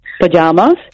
pajamas